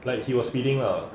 like he was speeding lah